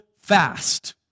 fast